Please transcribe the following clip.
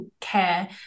care